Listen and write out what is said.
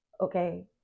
okay